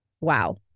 Wow